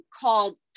called